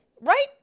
Right